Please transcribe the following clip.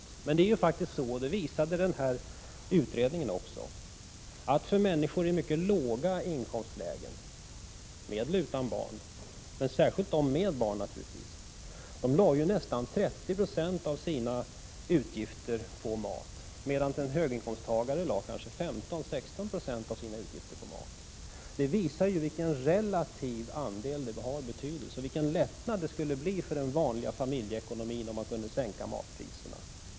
Men faktum är, och det visade också matmomsutredningen, att människor i mycket låga inkomstlägen — med eller utan barn men särskilt med barn naturligtvis — lägger nästan 30 76 av sina utgifter på mat, medan en höginkomsttagare lägger kanske 15 eller 16 96 av sina utgifter på maten. Det visar vilken relativ betydelse matkostnaderna har och vilken lättnad det skulle bli för den vanliga familjeekonomin, om man kunde sänka matpriserna.